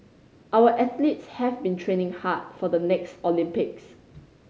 our athletes have been training hard for the next Olympics